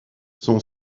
son